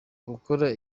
gukora